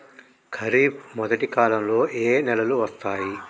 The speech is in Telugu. ఖరీఫ్ మొదటి కాలంలో ఏ నెలలు వస్తాయి?